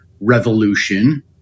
revolution